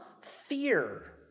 fear